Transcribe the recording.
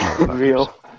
Real